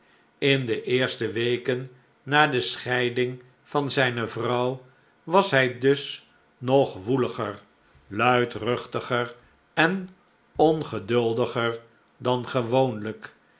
in de eerste weken na de scheiding van zijne vrouw was hij dus nog woeliger luidruchtiger en ongeduldiger dan gewoonlijk